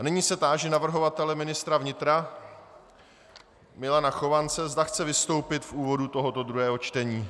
Nyní se táži navrhovatele ministra vnitra Milana Chovance, zda chce vystoupit v úvodu tohoto druhého čtení.